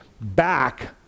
back